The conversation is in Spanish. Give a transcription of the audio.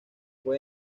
fue